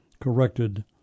corrected